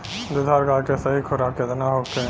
दुधारू गाय के सही खुराक केतना होखे?